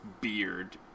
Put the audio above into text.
beard